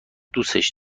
دوستش